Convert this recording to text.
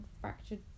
fractured